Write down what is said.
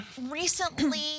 recently